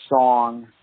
song